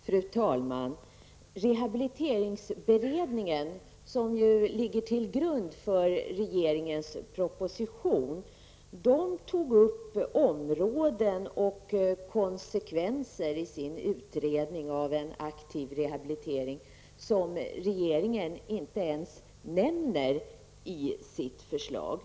Fru talman! Rehabiliteringsberedningen, vars arbete ligger till grund för regeringes proposition, har berört områden och konsekvenser i samband med sin utredning av en aktiv rehabilitering som regeringen inte ens nämner i sitt förslag.